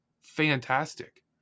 fantastic